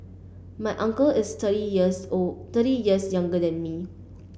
my uncle is thirty years old thirty years younger than me